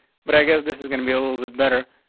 but i guess this is gonna be a little bit better.